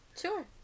Sure